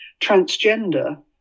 transgender